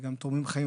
וגם תורמים חיים,